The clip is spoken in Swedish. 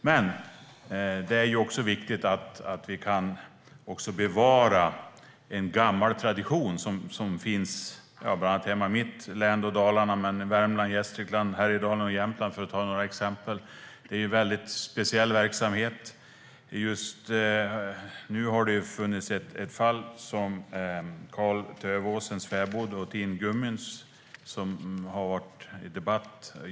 Men det är också viktigt att vi kan bevara en gammal tradition som finns i mitt hemlän Dalarna men även i Värmland, Gästrikland, Härjedalen och Jämtland, för att ta några exempel. Det är en väldigt speciell verksamhet. Just nu har vi ett fall som skapat debatt, och det gäller Karl-Tövåsens fäbod och Tin Gumuns.